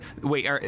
wait